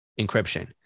encryption